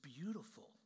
beautiful